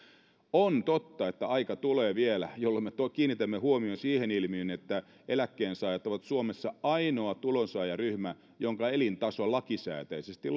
on totta että tulee vielä aika jolloin me kiinnitämme huomion siihen ilmiöön että eläkkeensaajat ovat suomessa ainoa tulonsaajaryhmä jonka elintaso lakisääteisesti